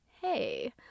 hey